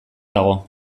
dago